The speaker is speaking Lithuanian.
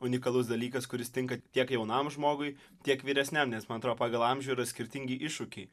unikalus dalykas kuris tinka tiek jaunam žmogui tiek vyresniam nes man atrodo pagal amžių yra skirtingi iššūkiai